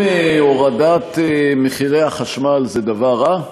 האם הורדת מחירי החשמל זה דבר רע?